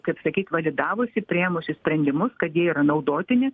kaip sakyt validavusi priėmusi sprendimus kad jie yra naudotini